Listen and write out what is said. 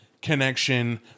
connection